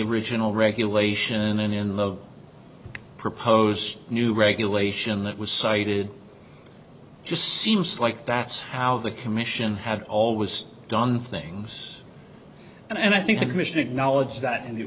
original regulation and in love proposed new regulation that was cited just seems like that's how the commission had always done things and i think the commission acknowledged that